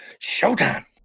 Showtime